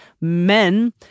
Men